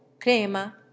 crema